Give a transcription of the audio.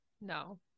No